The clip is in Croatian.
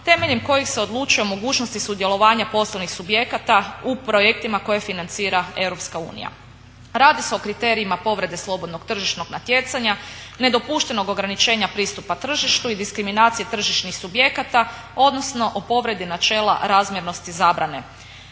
temeljem kojih se odlučuje o mogućnosti sudjelovanja poslovnih subjekata u projektima koje financira Europska unija. Radi se o kriterijima povrede slobodnog tržišnog natjecanja, nedopuštenog ograničenja pristupa tržištu i diskriminacije tržišnih subjekata, odnosno o povredi načela razmjernosti zabrane.